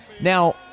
Now